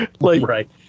Right